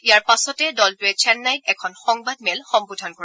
ইয়াৰ পাছতে দলটোৱে চেন্নাইত এখন সংবাদ মেল সম্বোধন কৰিব